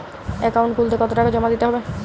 Account খুলতে কতো টাকা জমা দিতে হবে?